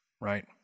Right